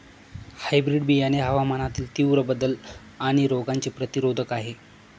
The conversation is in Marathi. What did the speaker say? हायब्रीड बियाणे हवामानातील तीव्र बदल आणि रोगांचे प्रतिरोधक आहे